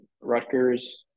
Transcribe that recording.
Rutgers